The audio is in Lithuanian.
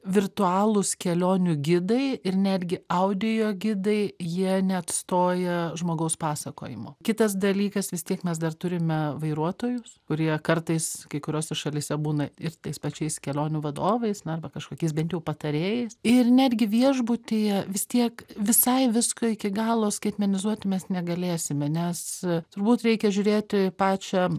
virtualūs kelionių gidai ir netgi audio gidai jie neatstoja žmogaus pasakojimo kitas dalykas vis tiek mes dar turime vairuotojus kurie kartais kai kuriose šalyse būna ir tais pačiais kelionių vadovais na arba kažkokiais bent jau patarėjais ir netgi viešbutyje vis tiek visai visko iki galo skaitmenizuoti mes negalėsime nes turbūt reikia žiūrėti pačią